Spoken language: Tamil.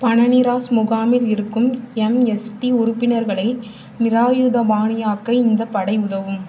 பனனிராஸ் முகாமில் இருக்கும் எம்எஸ்டி உறுப்பினர்களை நிராயுதபாணியாக்க இந்தப் படை உதவும்